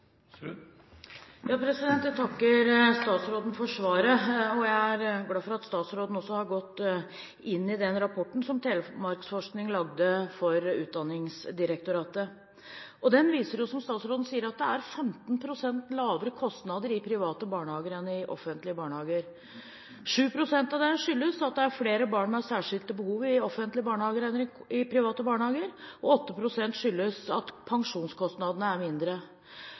Jeg takker statsråden for svaret. Jeg er glad for at statsråden har gått inn i den rapporten som Telemarksforskning lagde for Utdanningsdirektoratet. Den viser, som statsråden sier, at det er 15 pst. lavere kostnader i private barnehager enn i offentlige barnehager. 7 pst. av det skyldes at det er flere barn med særskilte behov i offentlige barnehager enn i private barnehager, og 8 pst. skyldes at pensjonskostnadene er mindre.